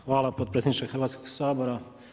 Hvala potpredsjedniče Hrvatskog sabora.